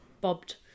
bobbed